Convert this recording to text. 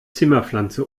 zimmerpflanze